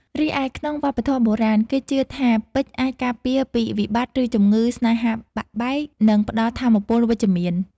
រីឯក្នុងវប្បធម៌បុរាណ គេជឿថាពេជ្រអាចការពារពីវិបត្តិ និងជម្ងឺ ស្នេហាបាក់បែក និងផ្តល់ថាមពលវិជ្ជមាន។